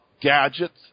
gadgets